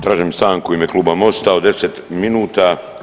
Tražim stanku u ime Kluba MOST-a od 10 minuta.